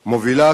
מובילה,